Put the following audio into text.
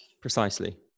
Precisely